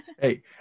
hey